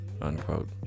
Unquote